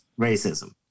racism